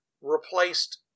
replaced